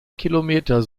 kilometer